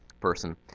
person